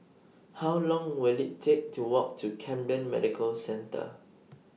How Long Will IT Take to Walk to Camden Medical Centre